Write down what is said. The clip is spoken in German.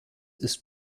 ist